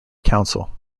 council